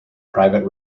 private